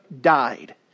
died